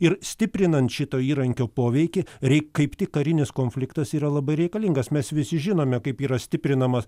ir stiprinant šito įrankio poveikį reik kaip tik karinis konfliktas yra labai reikalingas mes visi žinome kaip yra stiprinamas